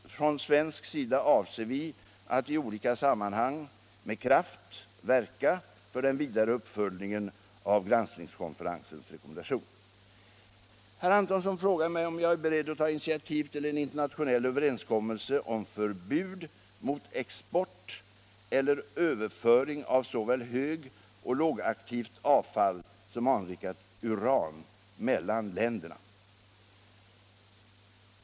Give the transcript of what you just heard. Från svensk sida avser vi att i olika sammanhang med kraft verka för den vidare uppföljningen av granskningskonferensens rekommendation. Herr Antonsson frågar mig om jag är beredd att ta initiativ till en internationell överenskommelse om förbud mot export eller överföring av såväl högoch lågaktivt avfall som anrikat uran mellan länderna.